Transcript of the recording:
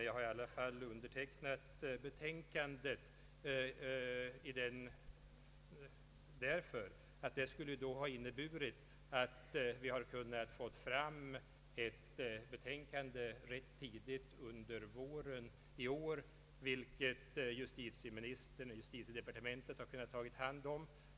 Jag har i alla fall undertecknat betänkandet därför att det skulle ha kunnat innebära att vi ganska tidigt under denna vår fått fram ett betänkande som justitieministern och justitiedepartementet hade kunnat ta hand om.